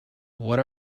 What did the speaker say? what